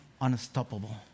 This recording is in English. unstoppable